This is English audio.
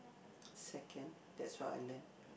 second that's what I learnt